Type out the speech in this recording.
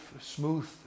smooth